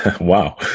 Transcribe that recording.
Wow